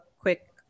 quick